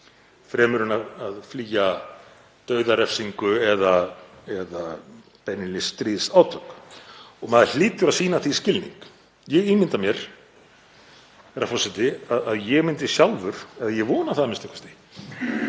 fremur en að flýja dauðarefsingu eða beinlínis stríðsátök. Og maður hlýtur að sýna því skilning. Ég ímynda mér, herra forseti, að ég myndi sjálfur, eða ég vona það a.m.k., reyna við